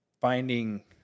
finding